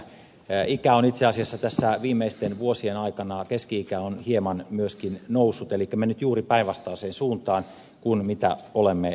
keski ikä on itse asiassa tässä viimeisten vuosien aikana hieman myöskin noussut eli mennyt juuri päinvastaiseen suuntaan kuin mitä olemme tavoitelleet